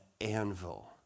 anvil